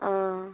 ആ ആ